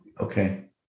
Okay